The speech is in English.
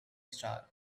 star